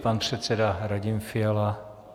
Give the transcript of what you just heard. Pan předseda Radim Fiala.